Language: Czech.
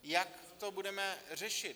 Jak to budeme řešit?